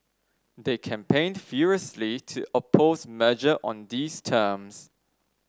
they campaigned furiously to oppose merger on these terms